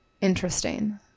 Interesting